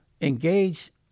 engage